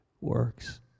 works